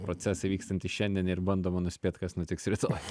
procesai vykstantys šiandien ir bandoma nuspėt kas nutiks rytoj